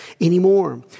anymore